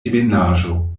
ebenaĵo